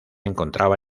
encontraba